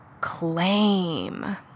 claim